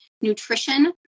nutrition